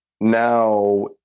now